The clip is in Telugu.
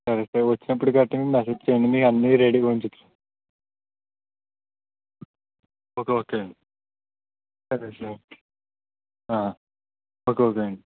సరే సార్ వచ్చినప్పుటి గట్టటి మీ మెసేజ్యండి మీ అన్న రడీ ఉని చెప్పారు ఓకే అండి సరే సార్ ఓకే ఓకే అండి